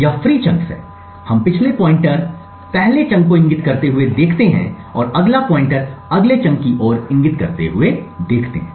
यह free chunks है हम पिछले पॉइंटर पहला चंक को इंगित करते हुए देखते हैं और अगला पॉइंटर अगले चंक की ओर इंगित करते हुए देखते हैं